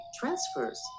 transfers